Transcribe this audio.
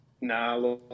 Nah